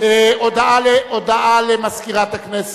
שלא לפי הסדר שהקראתי,